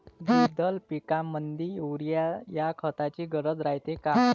द्विदल पिकामंदी युरीया या खताची गरज रायते का?